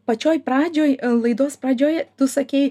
pačioj pradžioj laidos pradžioj tu sakei